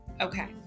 Okay